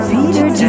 Peter